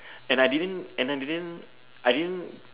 and I didn't and I didn't I didn't